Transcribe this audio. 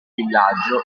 villaggio